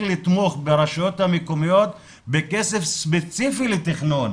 לתמוך ברשויות המקומיות בכסף ספציפי לתכנון,